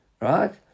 right